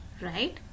right